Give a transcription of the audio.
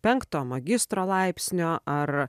penkto magistro laipsnio ar